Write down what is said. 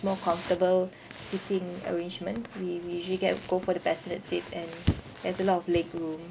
more comfortable seating arrangement we we usually get go for the bassinet seat and there's a lot of leg room